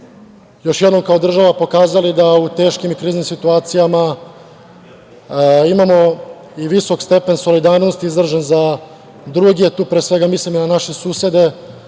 još jednom kao država pokazali da u teškim i kriznim situacijama imamo i visok stepen solidarnosti izražen za druge. Tu mislim na naše susede